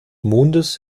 mondes